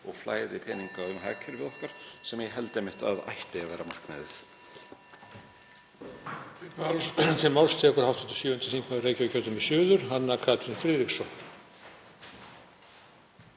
og flæði peninga og hagkerfið okkar, sem ég held einmitt að ætti að vera markmiðið?